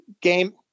Game